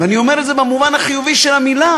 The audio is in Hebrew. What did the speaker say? ואני אומר את זה במובן החיובי של המילה.